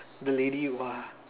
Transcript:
the lady !wah!